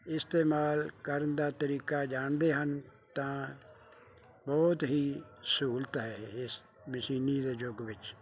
ਇਸਤੇਮਾਲ ਕਰਨ ਦਾ ਤਰੀਕਾ ਜਾਣਦੇ ਹਨ ਤਾਂ ਬਹੁਤ ਹੀ ਸਹੂਲਤ ਹੈ ਇਸ ਮਸ਼ੀਨਰੀ ਦੇ ਯੁੱਗ ਵਿੱਚ